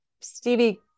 Stevie